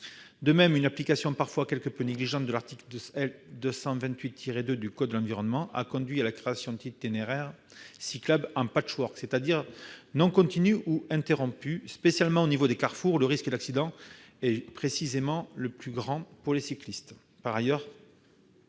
De même, une application parfois quelque peu négligente de l'article L. 228-2 du code de l'environnement a conduit à la création d'itinéraires cyclables en « patchwork », c'est-à-dire non continus ou interrompus, spécialement au niveau des carrefours, où le risque d'accident est justement le plus grand pour les cyclistes.